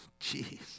Jeez